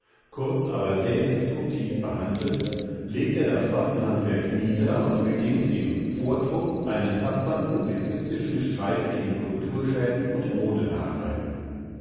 kurz aber sehr instruktiv behandelt legt er das waffenhandwerk nieder und beginnt im vortrupp einen tapfern publizistischen streit gegen kulturschäden und